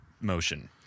motion